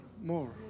more